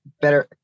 better –